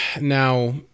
Now